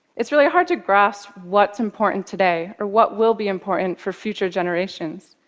it's really hard to grasp what's important today, or what will be important for future generations.